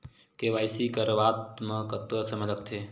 KYC करवात म कतका समय लगथे?